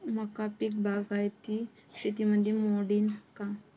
मका पीक बागायती शेतीमंदी मोडीन का?